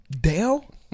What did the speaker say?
Dale